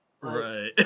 Right